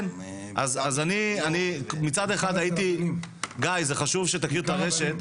אז מצד אחד הייתי, גיא, זה חשוב שתכיר את הרשת,